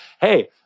Hey